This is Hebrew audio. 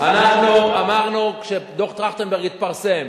אנחנו אמרנו, כשדוח-טרכטנברג התפרסם,